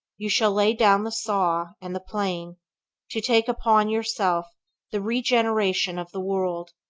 you shall lay down the saw and the plane to take upon yourself the regeneration of the world.